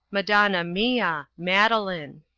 madonna mia madeline.